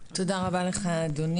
תודה רבה אדוני.